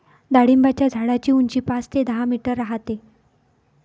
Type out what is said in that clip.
डाळिंबाच्या झाडाची उंची पाच ते दहा मीटर राहते